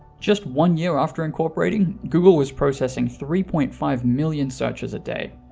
just one year after incorporating, google was processing three point five million searches a day.